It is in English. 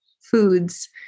foods